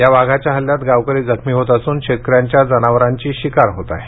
या वाघाच्या हल्ल्यात गावकरी जखमी होत असून शेतकऱ्यांच्या जनावरांची शिकार होत आहे